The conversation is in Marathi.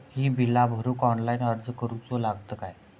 ही बीला भरूक ऑनलाइन अर्ज करूचो लागत काय?